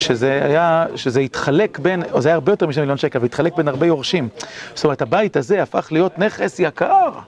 שזה היה, שזה התחלק בין, או זה היה הרבה יותר משני מיליון שקל, והתחלק בין הרבה יורשים. זאת אומרת, הבית הזה הפך להיות נכס יקר!